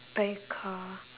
buy a car